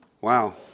Wow